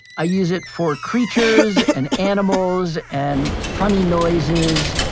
i use it for creatures and animals and funny noises.